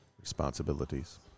Responsibilities